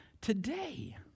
today